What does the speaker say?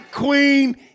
queen